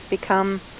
become